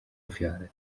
ofiary